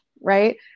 right